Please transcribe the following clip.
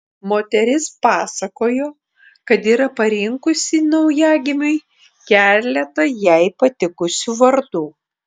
moteris pasakojo kad yra parinkusi naujagimiui keletą jai patikusių vardų